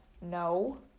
No